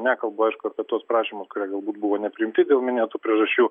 nekalbu aišku apie tuos prašymus kurie galbūt buvo nepriimti dėl minėtų priežasčių